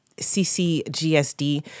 CCGSD